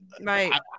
right